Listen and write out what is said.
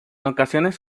ocasiones